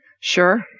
Sure